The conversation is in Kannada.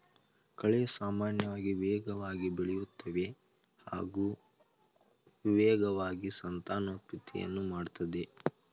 ಕಳೆ ಸಾಮಾನ್ಯವಾಗಿ ವೇಗವಾಗಿ ಬೆಳೆಯುತ್ತವೆ ಹಾಗೂ ವೇಗವಾಗಿ ಸಂತಾನೋತ್ಪತ್ತಿಯನ್ನು ಮಾಡ್ತದೆ